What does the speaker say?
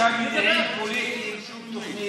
ככל שהמניעים פוליטיים, שום תוכנית לא תצליח.